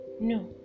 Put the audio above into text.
no